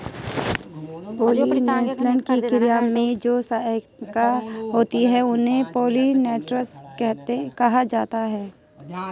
pollination की क्रिया में जो सहायक होते हैं उन्हें पोलिनेटर्स कहा जाता है